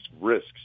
risks